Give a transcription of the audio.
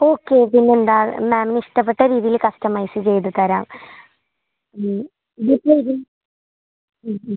okay പിന്നെന്താ മാമിന് ഇഷ്ടപ്പെട്ട രീതിയിൽ കസ്റ്റമൈസ് ചെയ്ത് തരാം ബുക്ക് ചെയ്ത് ഉം ഉം